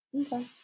okay